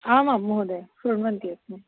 आमां महोदय श्रुण्वन्ती अस्मि